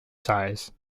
size